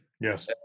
Yes